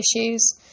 issues